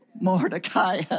Mordecai